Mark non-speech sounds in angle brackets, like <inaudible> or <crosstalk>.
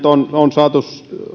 <unintelligible> on nyt saatu